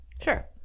Sure